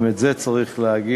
גם את זה צריך להגיד.